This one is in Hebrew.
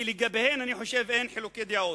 שלגביהם אני חושב אין חילוקי דעות.